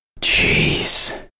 Jeez